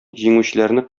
җиңүчеләрне